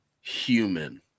human